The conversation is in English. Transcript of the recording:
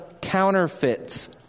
counterfeits